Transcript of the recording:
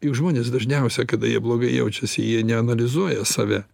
juk žmonės dažniausia kada jie blogai jaučiasi jie neanalizuoja save